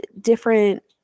different